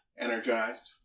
energized